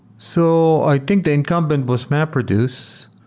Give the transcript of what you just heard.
so i think the incumbent was mapreduce.